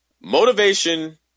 Motivation